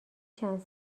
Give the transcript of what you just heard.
چند